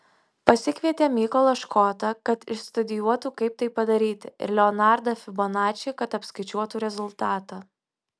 pasikvietė mykolą škotą kad išstudijuotų kaip tai padaryti ir leonardą fibonačį kad apskaičiuotų rezultatą